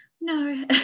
No